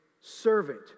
servant